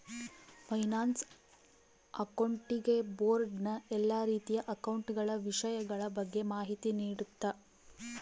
finance accounting board ನ ಎಲ್ಲಾ ರೀತಿಯ ಅಕೌಂಟ ಗಳ ವಿಷಯಗಳ ಬಗ್ಗೆ ಮಾಹಿತಿ ನೀಡುತ್ತ